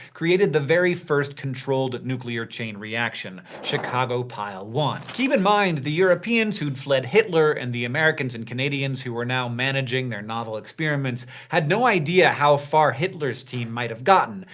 created the very first controlled nuclear chain reaction chicago pile one. keep in mind, the europeans who'd fled hitler and the americans and canadians who were now managing their novel experiments had no idea how far hitler's team might have gotten.